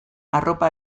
arropa